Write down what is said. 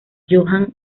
johann